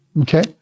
Okay